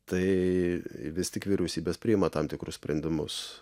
tai vis tik vyriausybės priima tam tikrus sprendimus